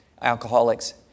alcoholics